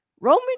Roman